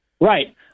Right